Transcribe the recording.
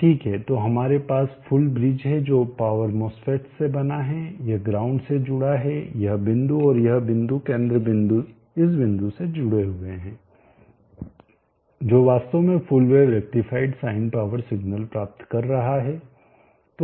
ठीक है तो हमारे पास फुल ब्रिज है जो पावर MOSFETs से बना है यह ग्राउंड से जुड़ा है यह बिंदु और यह केंद्र बिंदु इस बिंदु से जुड़े हुए है जो वास्तव में full wave rectified sine power signal प्राप्त कर रहा है